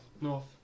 North